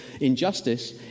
injustice